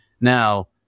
Now